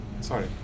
sorry